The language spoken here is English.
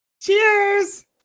cheers